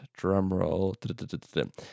Drumroll